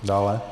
Dále.